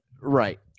Right